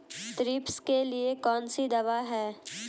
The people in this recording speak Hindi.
थ्रिप्स के लिए कौन सी दवा है?